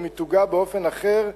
ומיתוגה באופן אחר,